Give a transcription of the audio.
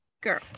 Girl